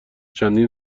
چندین